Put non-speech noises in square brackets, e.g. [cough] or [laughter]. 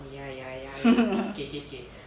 [laughs]